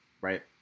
right